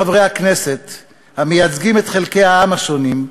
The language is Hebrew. חברי הכנסת המייצגים את חלקי העם השונים,